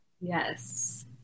yes